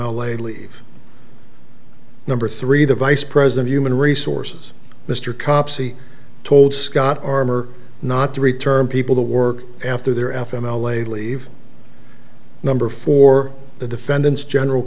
a leave number three the vice president human resources mr copsey told scott armor not to return people to work after their f m l a leave number for the defendants general